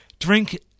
Drink